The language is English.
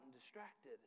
distracted